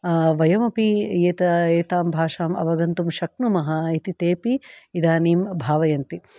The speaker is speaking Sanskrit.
वयमपि एतां भाषाम् अवगन्तुं शक्नुमः इति तेपि इदानीं भावयन्ति